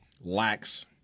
lacks